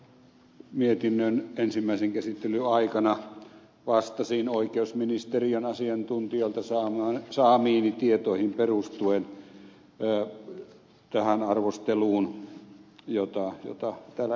jo mietinnön ensimmäisen käsittelyn aikana vastasin oikeusministeriön asiantuntijoilta saamiini tietoihin perustuen tähän arvosteluun jota täällä esitettiin